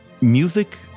Music